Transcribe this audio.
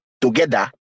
together